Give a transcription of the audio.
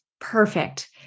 perfect